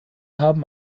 haben